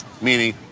Meaning